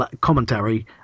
commentary